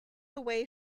away